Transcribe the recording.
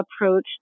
approach